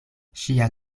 ŝia